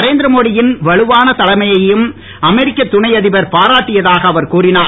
நரேந்திர மோடியின் வலுவான தலைமையையும் அமெரிக்க துணை அதிபர் பாராட்டியதாக அவர் கூறினார்